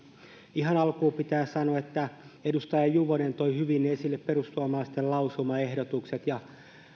ihan alkuun pitää sanoa että edustaja juvonen toi hyvin esille perussuomalaisten lausumaehdotukset ja